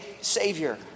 savior